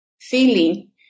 feeling